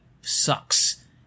sucks